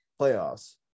playoffs